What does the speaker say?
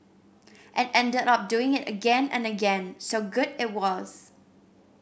and ended up doing it again and again so good it was